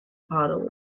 puddle